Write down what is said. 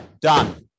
done